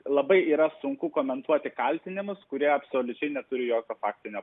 labai yra sunku komentuoti kaltinimus kurie absoliučiai neturi jokio faktinio